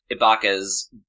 Ibaka's